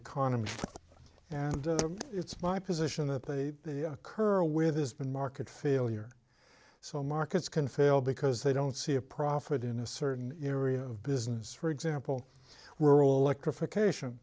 economy and it's my position that they occur where there's been market failure so markets can fail because they don't see a profit in a certain area of business for example rural electrification